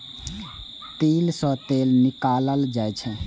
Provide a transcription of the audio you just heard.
तिल सं तेल निकालल जाइ छै